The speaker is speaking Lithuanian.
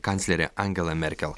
kanclerė angela merkel